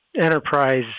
enterprise